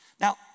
Now